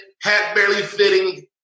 hat-barely-fitting